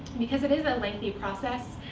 because it is a lengthy process.